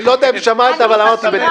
אני לא יודע אם שמעת, אבל אמרתי "בינתיים".